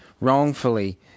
wrongfully